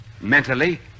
mentally